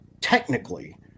technically